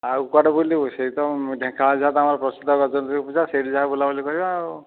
ଆଉ କୁଆଡ଼େ ବୁଲିବୁ ସେହିତ ଢେଙ୍କାନାଳରେ ତମର ପ୍ରସିଦ୍ଧ ଗଜଲକ୍ଷ୍ମୀ ପୂଜା ସେହିଠି ଯାହା ବୁଲାବୁଲି କରିବା ଆଉ